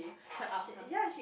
quite ups ah